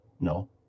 no